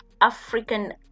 african